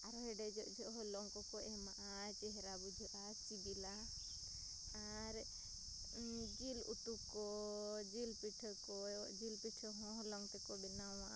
ᱟᱨ ᱦᱮᱰᱮᱡᱚᱜ ᱡᱚᱦᱚᱜ ᱦᱚᱞᱚᱝ ᱠᱚᱠᱚ ᱮᱢᱟᱜᱼᱟ ᱪᱮᱦᱨᱟ ᱵᱩᱡᱷᱟᱹᱜᱼᱟ ᱥᱤᱵᱤᱞᱟ ᱟᱨ ᱡᱤᱞ ᱩᱛᱩ ᱠᱚ ᱡᱤᱞ ᱯᱤᱴᱷᱟᱹ ᱠᱚ ᱡᱤᱞ ᱯᱤᱴᱷᱟᱹ ᱦᱚᱸ ᱦᱚᱞᱚᱝ ᱛᱮᱠᱚ ᱵᱮᱱᱟᱣᱟ